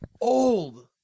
old